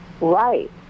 right